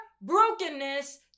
brokenness